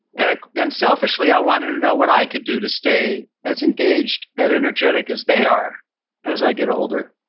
and ah and selfishly i wanted to know what i could do to stay as engaged and energetic as they are as i get older.